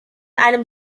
einem